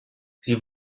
sie